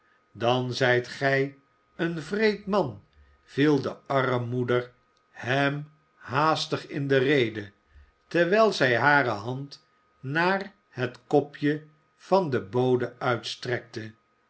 dan zijt gij een wreed man viel de armmoeder hem haastig in de rede terwijl zij hare hand naar het kopje van den bode uitstrekte